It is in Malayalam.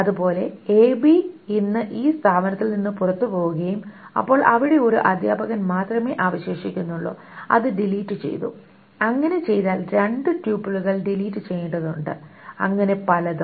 അതുപോലെ എബി ഇന്ന് ഈ സ്ഥാപനത്തിൽ നിന്ന് പുറത്തുപോകുകയും അപ്പോൾ അവിടെ ഒരു അധ്യാപകൻ മാത്രമേ അവശേഷിക്കുന്നുള്ളൂ അത് ഡിലീറ്റ് ചെയ്തു അങ്ങനെ ചെയ്താൽ രണ്ട് ട്യൂപ്പലുകൾ ഡിലീറ്റ് ചെയ്യേണ്ടതുണ്ട് അങ്ങനെ പലതും